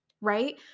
Right